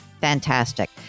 fantastic